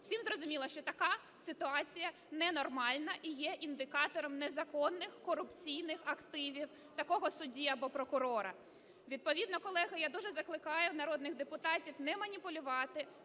усім зрозуміло, що така ситуація ненормальна і є індикатором незаконних корупційних активів такого судді або прокурора. Відповідно, колеги, я дуже закликаю народних депутатів не маніпулювати,